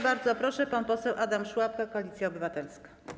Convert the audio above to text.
Bardzo proszę, pan poseł Adam Szłapka, Koalicja Obywatelska.